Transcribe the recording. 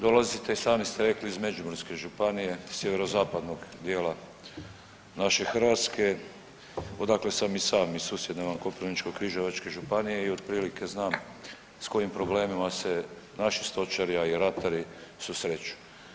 Dolazite i sami ste rekli iz Međimurske županije, sjeverozapadnog dijela naše Hrvatske odakle sam i sam iz susjedne vam Koprivničko-križevačke županije i otprilike znam s kojim problemima se naši stočari, a i ratari susreću.